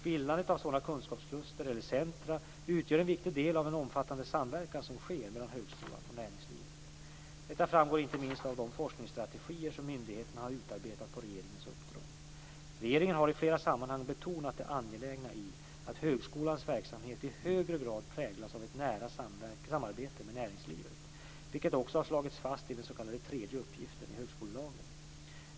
Bildandet av sådana kunskapskluster eller centrum utgör en viktig del av den omfattande samverkan som sker mellan högskolan och näringslivet. Detta framgår inte minst av de forskningsstrategier som myndigheterna har utarbetat på regeringens uppdrag. Regeringen har i flera sammanhang betonat det angelägna i att högskolans verksamhet i högre grad präglas av ett nära samarbete med näringslivet, vilket också har slagits fast i den s.k. tredje uppgiften i högskolelagen.